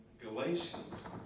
Galatians